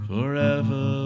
Forever